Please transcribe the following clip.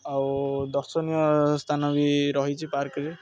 ଆଉ ଦର୍ଶନୀୟ ସ୍ଥାନ ବି ରହିଛି ପାର୍କରେ